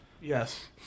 Yes